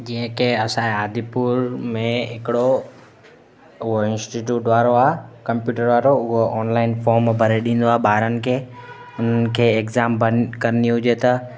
जीअं के असांजे आदिपुर में हिकिड़ो उहो इंस्टीट्यूट वारो आहे कंप्यूटर वारो उहा ऑनलाइन फॉम भरे ॾींदो आहे ॿारनि खे उन्हनि खे एग़्जाम बन करिणी हुजे त